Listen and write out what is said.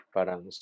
Parang